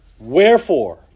Wherefore